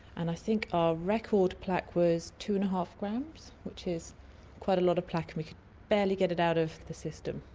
and i think our record plaque was two-and-a-half grams, which is quite a lot of plaque, we could barely get it out of the system.